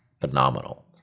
phenomenal